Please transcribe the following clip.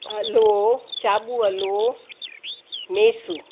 आलो चाबू अलो मेसू